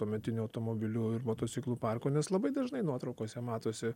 tuometinio automobilių ir motociklų parko nes labai dažnai nuotraukose matosi